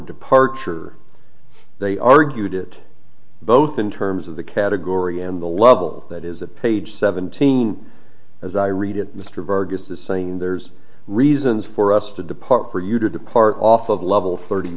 departure they argued it both in terms of the category and the level that is the page seventeen as i read it mr burgess is saying there's reasons for us to depart for you to depart off of level thirty